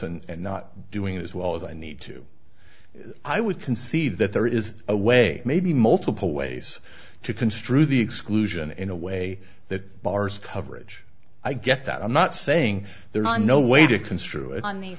and not doing as well as i need to i would concede that there is a way maybe multiple ways to construe the exclusion in a way that bars coverage i get that i'm not saying there's no way to construe it